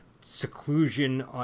seclusion